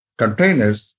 containers